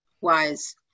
Wise